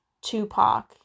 Tupac